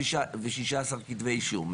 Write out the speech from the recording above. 116 כתבי אישום,